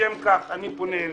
לשם כך אני פונה אליכם.